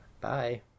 Bye